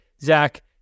Zach